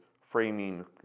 framing